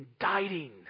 indicting